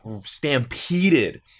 stampeded